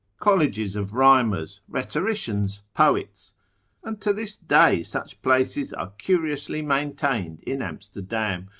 colleges of rhymers, rhetoricians, poets and to this day, such places are curiously maintained in amsterdam,